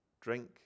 Drink